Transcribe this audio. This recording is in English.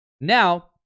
Now